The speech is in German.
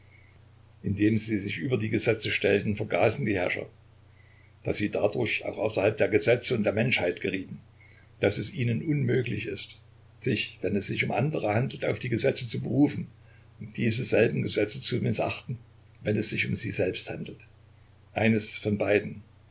indem sie sich über die gesetze stellten vergaßen die herrscher daß sie dadurch auch außerhalb der gesetze und der menschheit gerieten daß es ihnen unmöglich ist sich wenn es sich um andere handelt auf die gesetze zu berufen und diese selben gesetze zu mißachten wenn es sich um sie selbst handelt eines von beiden